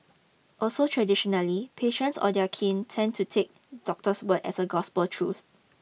also traditionally patients or their kin tended to take doctor's word as gospel truth